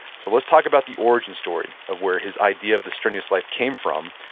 so let's talk about the origin story of where his idea of the strenuous life came from,